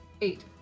eight